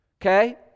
okay